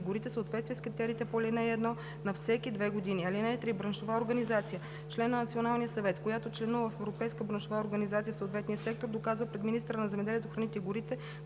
горите съответствие с критериите по ал. 1 на всеки две години. (3) Браншова организация – член на Националния съвет, която членува в европейска браншова организация в съответния сектор, доказва пред министъра на земеделието, храните и горите